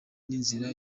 n’inzira